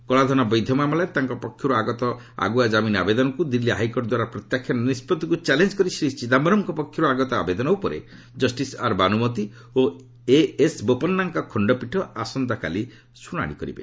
କଳାଧନ ବୈଧ ମାମଲାରେ ତାଙ୍କ ପକ୍ଷରୁ ଆଗତ ଆଗୁଆ କାମିନ ଆବେଦନକୁ ଦିଲ୍ଲୀ ହାଇକୋର୍ଟ ଦ୍ୱାରା ପ୍ରତ୍ୟାଖ୍ୟାନ ନିଷ୍ପଭିକୁ ଚ୍ୟାଲେଞ୍ଜ କରି ଶ୍ରୀ ଚିଦାୟରମଙ୍କ ପକ୍ଷରୁ ଆଗତ ଆବେଦନ ଉପରେ କଷ୍ଟିସ ଆର୍ ବାନୁମତୀ ଓ ଏଏସ୍ ବୋପାନ୍ନାଙ୍କ ଖଣ୍ଡପୀଠ ଆସନ୍ତାକାଲି ଶୁଣାଶି କରିବେ